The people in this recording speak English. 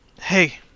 hey